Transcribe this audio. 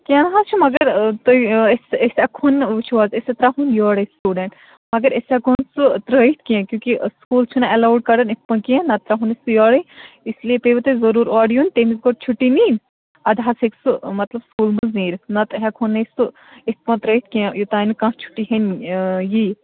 کیٚنہہ نہ حظ چھِ مگر تُہۍ أسۍ أسۍ ہٮ۪کہٕ ہون نہ وٕچھِو حظ أسۍ تہِ ترٛاوہَن یورَے سٕٹوٗڈَنٛٹ مگر أسۍ ہٮ۪کہٕ ہون نہٕ سُہ ترٛٲیِتھ کیٚنہہ کیونکہ سُکوٗل چھُنہٕ اٮ۪لاوُڈ کران یِتھ پٲٹھۍ کیٚنہہ نَتہٕ ترٛاوہون أسۍ سُہ یورَے اس لیے پییِوٕ تۄہہِ ضٔروٗر اورٕ یُن تٔمِس گۄڈٕ چھُٹی نِنۍ اَدٕ حظ ہٮ۪کہِ سُہ مطلب سُکوٗل منٛز نیٖرِتھ نَتہٕ ہٮ۪کہٕ ہون نہٕ أسۍ سُہ اِتھ پٲٹھۍ ترٛٲیِتھ کیٚںہہ یوٚتام نہٕ کانٛہہ چھُٹی ہٮ۪نہِ یی